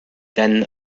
then